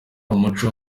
umuco